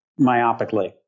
myopically